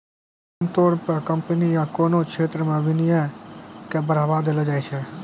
आमतौर पे कम्पनी या कोनो क्षेत्र मे विनियमन के बढ़ावा देलो जाय छै